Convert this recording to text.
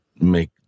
make